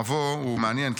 המבוא מעניין,